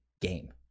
game